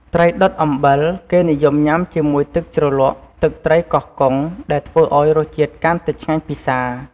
ត្រីដុតអំបិល គេនិយមញ៉ាំជាមួយទឹកជ្រលក់ទឹកត្រីកោះកុង ដែលធ្វើឱ្យរសជាតិកាន់តែឆ្ងាញ់ពិសា។